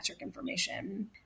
information